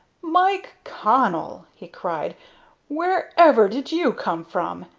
mike connell! he cried wherever did you come from?